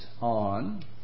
on